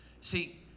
See